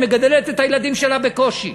שמגדלת את הילדים שלה בקושי.